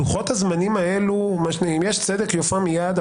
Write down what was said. לוחות הזמנים האלו, אם יש צדק, יופיע מיד.